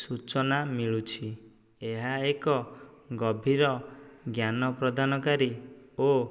ସୂଚନା ମିଳୁଛି ଏହା ଏକ ଗଭୀର ଜ୍ଞାନପ୍ରଦାନକାରୀ ଓ